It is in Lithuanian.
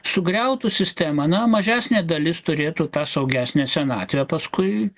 sugriautų sistemą na mažesnė dalis turėtų tą saugesnę senatvę paskui